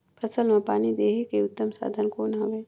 फसल मां पानी देहे के उत्तम साधन कौन हवे?